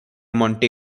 monte